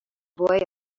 boy